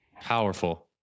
Powerful